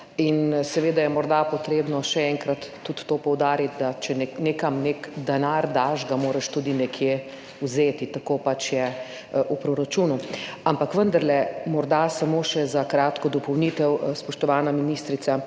in seveda je morda potrebno še enkrat tudi to poudariti, da če nekam nek denar daš, ga moraš tudi nekje vzeti, tako pač je v proračunu. Ampak vendarle, morda samo še za kratko dopolnitev. Spoštovana ministrica,